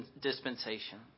dispensation